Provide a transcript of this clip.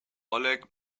oleg